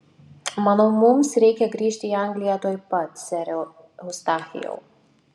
manau mums reikia grįžti į angliją tuoj pat sere eustachijau